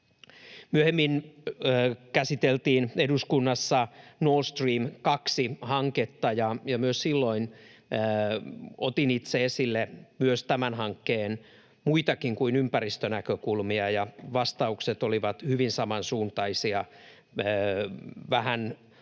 Myöhemmin käsiteltiin eduskunnassa Nord Stream 2 -hanketta, ja silloin otin itse esille myös tämän hankkeen muita kuin ympäristönäkökulmia, ja vastaukset olivat hyvin samansuuntaisia: vähän russofobiasta